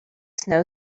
snow